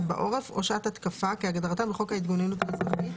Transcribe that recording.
בעורף או שעת התקפה כהגדרתם בחוק ההתגוננות האזרחית,